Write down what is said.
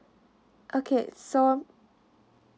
okay so